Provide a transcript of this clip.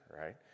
right